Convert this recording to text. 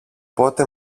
πότε